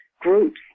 groups